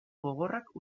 gogorrak